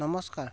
নমস্কাৰ